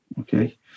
okay